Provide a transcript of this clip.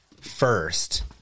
first